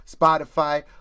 Spotify